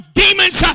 demons